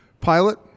pilot